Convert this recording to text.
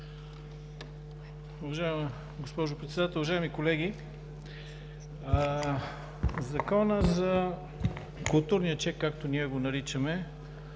Уважаема госпожо Председател, уважаеми колеги! Законът за културния чек, както ние го наричаме,